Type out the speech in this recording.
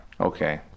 Okay